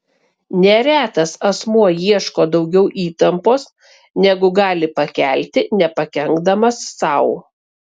neretas asmuo ieško daugiau įtampos negu gali pakelti nepakenkdamas sau